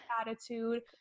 attitude